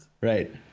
Right